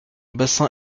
bassin